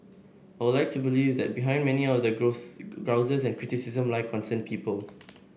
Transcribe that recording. I would like to believe that behind many of the grouses and criticism lie concerned people